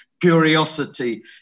curiosity